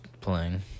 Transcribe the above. playing